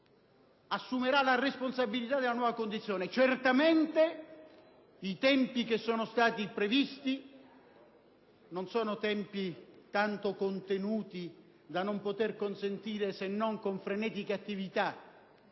assumerà la responsabilità della nuova condizione. Certamente i tempi che sono stati previsti non sono tanto contenuti da non poter consentire, se non con frenetica attività,